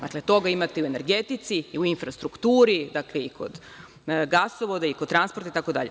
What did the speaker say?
Dakle, toga imate i u energetici i u infrastrukturi, i kod gasovoda i kod transporta itd.